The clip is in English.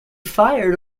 fired